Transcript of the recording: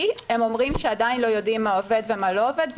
כי הם אומרים שעדיין לא יודעים מה עובד ומה לא עובד,